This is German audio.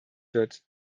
wird